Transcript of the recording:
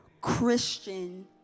Christian